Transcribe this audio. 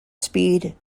speed